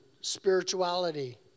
spirituality